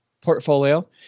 portfolio